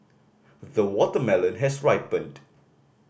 the watermelon has ripened